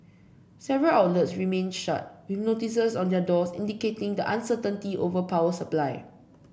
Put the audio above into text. several outlets remained shut with notices on their doors indicating the uncertainty over power supply